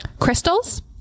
Crystals